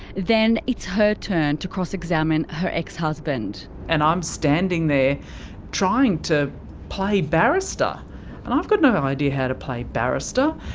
then it's her turn to cross examine her ex husband. and i'm standing there trying to play barrister! and i've got no idea how to play barrister!